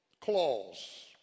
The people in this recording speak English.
clause